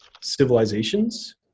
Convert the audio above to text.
civilizations